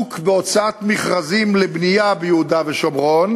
עסוק בהוצאת מכרזים לבנייה ביהודה ושומרון.